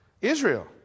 Israel